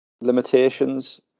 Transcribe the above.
limitations